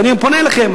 אני פונה אליכם.